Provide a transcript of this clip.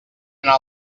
anar